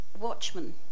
Watchmen